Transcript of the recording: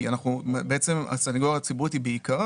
כי בעצם הסנגוריה הציבורית היא בעיקרה